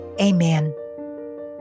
Amen